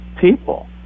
people